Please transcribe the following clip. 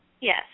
Yes